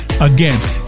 Again